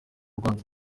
rwanda